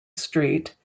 street